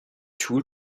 tool